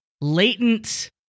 latent